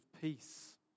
Peace